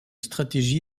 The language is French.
stratégie